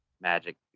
magic